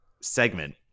segment